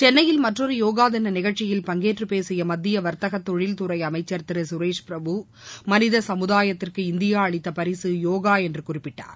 சென்னையில் மற்றொரு யோகா தின நிகழ்ச்சியில் பங்கேற்று பேசிய மத்திய வர்த்தகத் தொழில்துறை அமைச்சர் திரு சுரேஷ்பிரபு மனித சமுதாயத்திற்கு இந்தியா அளித்த பரிசு யோகா என்று குறிப்பிட்டார்